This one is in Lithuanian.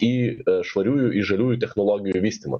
į švariųjų į žaliųjų technologijų ir vystymą